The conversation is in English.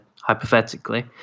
hypothetically